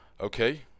okay